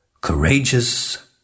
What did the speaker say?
courageous